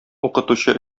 укытучы